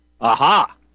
Aha